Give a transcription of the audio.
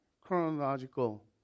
Chronological